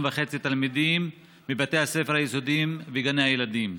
תלמידים מבתי הספר היסודיים וגני הילדים.